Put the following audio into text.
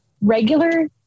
Regular